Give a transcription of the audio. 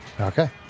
okay